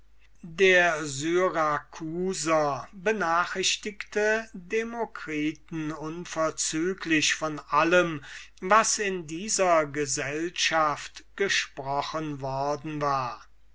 der syrakusaner ließ den demokritus unverzüglich von allem benachrichtigen was in dieser gesellschaft gesprochen worden war